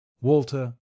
Walter